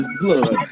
blood